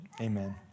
Amen